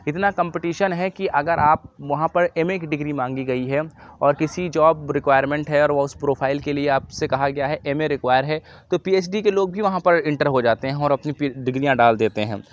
اتنا کمپٹیشن ہے کہ اگر آپ وہاں پر ایم اے کی ڈگری مانگی گئی ہے اور کسی جاب رکوائرمنٹ ہے اور وہ اُس پروفائل کے لیے آپ سے کہا گیا ہے ایم اے رکوائر ہے تو پی ایچ ڈی کے لوگ بھی وہاں پر انٹر ہو جاتے ہیں اور اپنی ڈگریاں ڈال دیتے ہیں